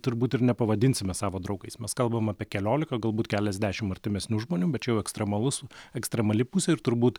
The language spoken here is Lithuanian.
turbūt ir nepavadinsime savo draugais mes kalbam apie keliolika galbūt keliasdešim artimesnių žmonių bet čia jau ekstremalus ekstremali pusė ir turbūt